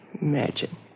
Imagine